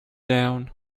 down